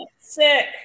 sick